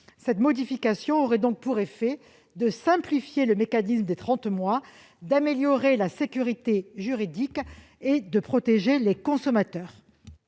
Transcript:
Cette modification aurait pour effet de simplifier le mécanisme des trente mois, d'améliorer la sécurité juridique et de protéger les consommateurs.